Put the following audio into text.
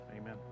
Amen